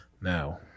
Now